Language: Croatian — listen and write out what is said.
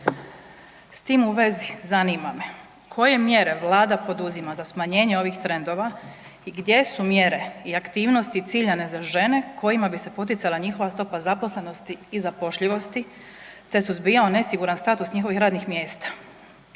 S tim u vezi zanima me koje mjere vlada poduzima za smanjenje ovih trendova i gdje su mjere i aktivnosti ciljane za žene kojima bi se poticala njihova stopa zaposlenosti i zapošljivosti, te suzbijao nesiguran status njihovih radnih mjesta?